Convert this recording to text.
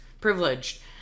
privileged